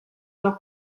mar